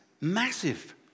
massive